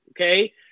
okay